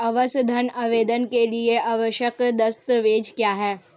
आवास ऋण आवेदन के लिए आवश्यक दस्तावेज़ क्या हैं?